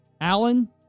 Allen